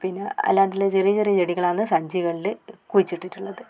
പിന്നെ അല്ലാണ്ടുള്ള ചെറിയ ചെറിയ ചെടികളാണ് സഞ്ചികളിൽ കുഴിച്ചിട്ടിട്ടുളളത്